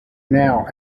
now